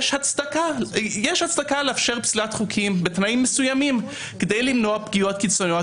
יש הצדקה לאפשר פסילת חוקים בתנאים מסוימים כדי למנוע פגיעות קיצוניות